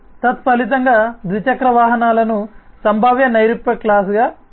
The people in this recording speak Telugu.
తత్ఫలితంగా ద్విచక్ర వాహనాలను సంభావ్య నైరూప్యక్లాస్ గా చేస్తుంది